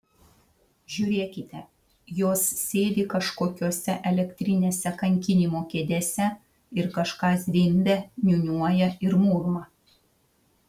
žiūrėkite jos sėdi kažkokiose elektrinėse kankinimo kėdėse ir kažką zvimbia niūniuoja ir murma